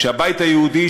כשהבית היהודי,